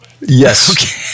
Yes